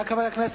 חברי חברי הכנסת,